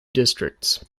districts